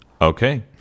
Okay